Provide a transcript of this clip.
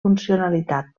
funcionalitat